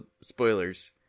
spoilers